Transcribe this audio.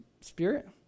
Spirit